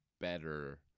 better